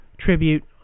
Tribute